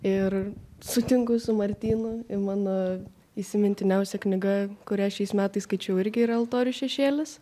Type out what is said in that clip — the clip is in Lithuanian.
ir sutinku su martynu i mano įsimintiniausia knyga kurią šiais metais skaičiau irgi yra altorių šešėlis